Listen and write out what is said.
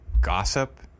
gossip